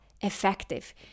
effective